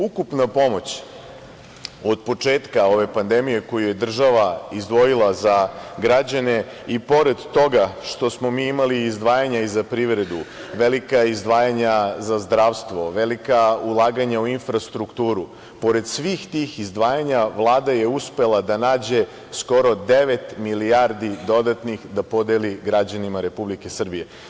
Ukupna pomoć od početka ove pandemije koju je država izdvojila za građane i pored toga što smo mi imali izdvajanja i za privredu, velika izdvajanja za zdravstvo, velika ulaganja u infrastrukturu, pored svih tih izdvajanja Vlada je uspela da nađe skoro devet milijardi dodatnih da podeli građanima Republike Srbije.